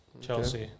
Chelsea